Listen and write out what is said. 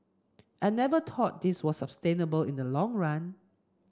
I never thought this was sustainable in the long run